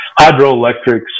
hydroelectric